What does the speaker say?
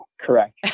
correct